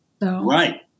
Right